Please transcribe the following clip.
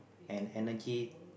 and energy